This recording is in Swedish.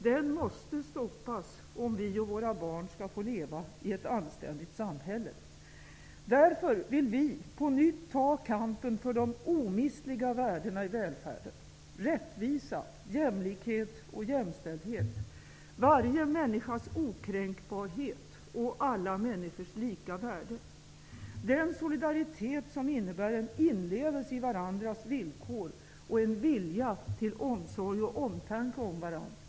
Den måste stoppas, om vi och våra barn skall få leva i ett anständigt samhälle. Därför vill vi på nytt ta kampen för de omistliga värdena i välfärden: rättvisa, jämlikhet och jämställdhet, ''varje människas okränkbarhet och alla människors lika värde'', den solidaritet som ''innebär en inlevelse i varandras villkor och en vilja till omsorg och omtanke om varandra''.